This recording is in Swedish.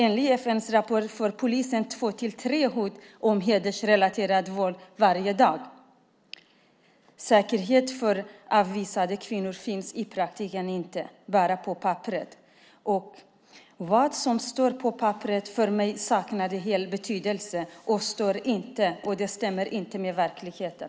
Enligt en FN-rapport får polisen två till tre hot om hedersrelaterat våld varje dag. Säkerhet för avvisade kvinnor finns i praktiken inte, bara på papperet. Vad som står på papperet saknar för mig helt betydelse, och det stämmer inte med verkligheten.